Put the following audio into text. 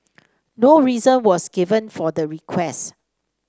no reason was given for the request